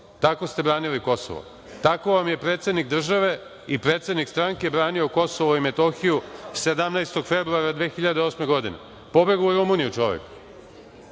Tako ste branili Kosovo. Tako vam je predsednik države i predsednik stranke branio Kosovo i Metohiju 17.februara 2008. godine. Pobegao je u Rumuniju čovek